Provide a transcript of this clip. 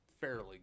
fairly